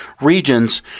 regions